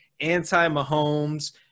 anti-Mahomes